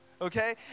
Okay